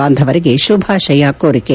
ಬಾಂಧವರಿಗೆ ಶುಭಾಶಯ ಕೋರಿಕೆ